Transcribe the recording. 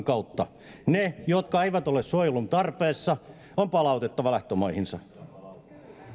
kautta ne jotka eivät ole suojelun tarpeessa on palautettava lähtömaihinsa